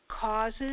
Causes